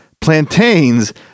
plantains